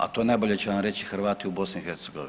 A to najbolje će vam reći Hrvati u BiH.